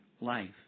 life